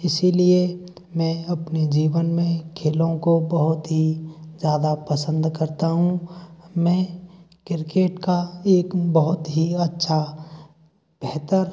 इसलिए मैं अपने जीवन में खेलों को बहुत ही ज़्यादा पसंद करता हूँ मैं किर्केट का एक बहुत ही अच्छा बेहतर